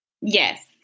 Yes